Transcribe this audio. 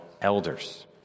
elders